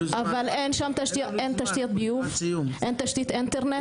אין תשתית אינטרנט.